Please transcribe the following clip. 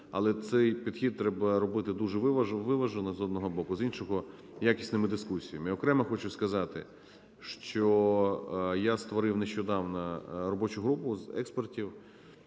Але цей підхід треба робити дуже виважено з одного боку, з іншого якісними дискусіями. Окремо хочу сказати, що я створив нещодавно робочу групу з експертів